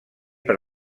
per